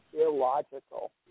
illogical